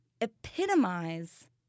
epitomize